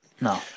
No